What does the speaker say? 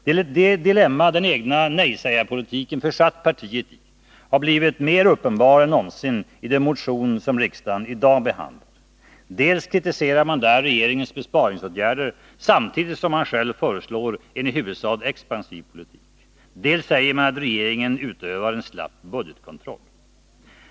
Det dilemma den egna nejsägarpolitiken försatt partiet i har blivit mer uppenbart än någonsin i den motion som riksdagen i dag behandlar. Dels kritiserar man där regeringens besparingsåtgärder, samtidigt som man själv föreslår en i huvudsak expansiv politik. Dels säger man att regeringen utövar en slapp budgetkontroll.